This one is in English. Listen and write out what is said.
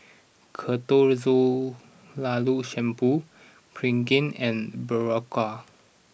Ketoconazole Shampoo Pregain and Berocca